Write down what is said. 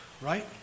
right